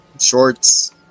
shorts